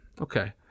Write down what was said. Okay